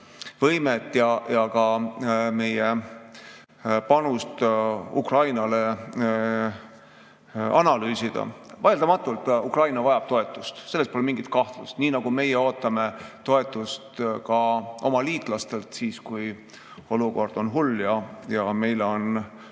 kaitsevõimet ja ka meie panust Ukrainale analüüsida. Vaieldamatult Ukraina vajab toetust, selles pole mingit kahtlust, nii nagu meie ootame toetust ka oma liitlastelt siis, kui olukord on hull ja meile on